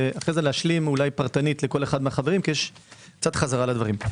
ואז להשלים פרטנית לכל אחד מהחברים כי יש קצת חזרה על הדברים.